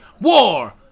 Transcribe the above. War